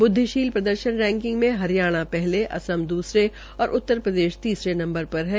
ब्द्विशील प्रर्दशन रैकिंग में हरियाणा पहले असम द्रसरे और उत्तरप्रदेश तीसरे स्थान पर है